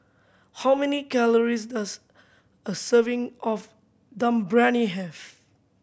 how many calories does a serving of Dum Briyani have